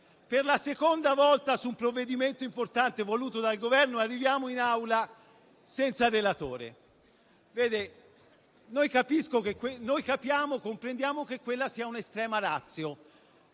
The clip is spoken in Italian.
per la seconda volta, su un provvedimento importante voluto dal Governo, arriviamo in Assemblea senza relatore. Comprendiamo che quella sia una *extrema ratio:*